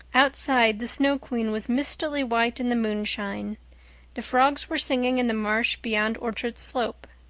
outside the snow queen was mistily white in the moonshine the frogs were singing in the marsh beyond orchard slope.